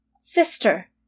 sister